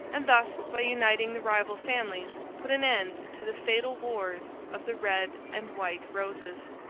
and thus by uniting the rival families put an end to the fatal wars of the red and white roses.